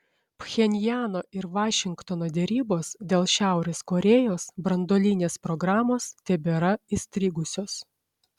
pchenjano ir vašingtono derybos dėl šiaurės korėjos branduolinės programos tebėra įstrigusios